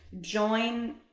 join